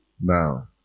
Now